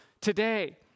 today